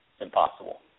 impossible